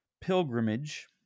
pilgrimage